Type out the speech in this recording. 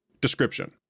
Description